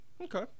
Okay